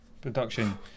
production